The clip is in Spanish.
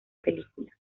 película